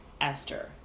Esther